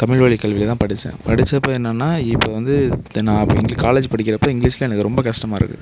தமிழ் வழி கல்வியில் தான் படித்தேன் படித்தப்ப என்னென்னா இப்போ வந்து நான் இங்கே காலேஜ் படிக்கிறப்போ இங்கிலீஷில் எனக்கு ரொம்ப கஷ்டமாக இருக்குது